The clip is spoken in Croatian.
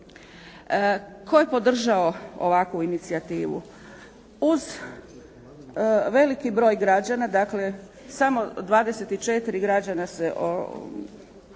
Tko je podržao ovakvu inicijativu? Uz veliki broj građana, dakle samo 24 građana se nije